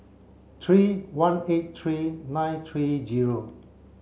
three one eight three nine three zero